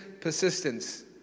persistence